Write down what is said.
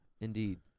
Indeed